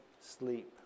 sleep